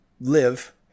live